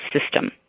system